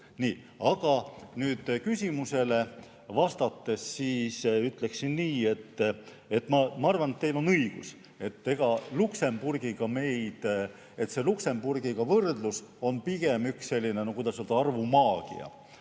Aga küsimusele vastates ütleksin nii, et ma arvan, et teil on õigus: see Luksemburgiga võrdlus on pigem üks selline, no kuidas